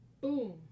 boom